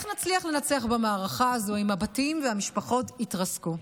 איך נצליח לנצח במערכה הזאת אם הבתים והמשפחות יתפרקו?